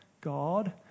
God